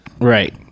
Right